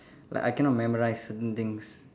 like I cannot memorise certain things